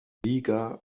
liga